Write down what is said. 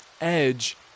edge